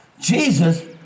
Jesus